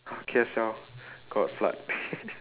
K_S_L got flood